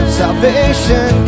salvation